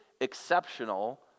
exceptional